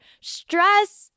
stress